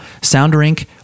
soundrink